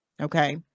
Okay